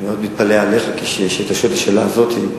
אני רק מתפלא עליך שאתה שואל את השאלה הזאת.